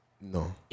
No